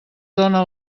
dóna